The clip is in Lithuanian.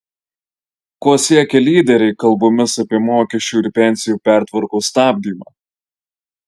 ko siekia lyderiai kalbomis apie mokesčių ir pensijų pertvarkos stabdymą